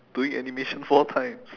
doing animation four times